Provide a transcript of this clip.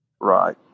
Right